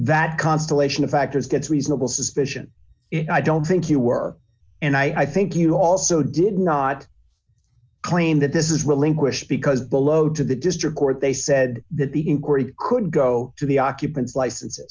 that constellation of factors gets reasonable suspicion i don't think you were and i think you also did not claim that this is relinquished because the load to the district court they said that the inquiry could go to the occupants licenses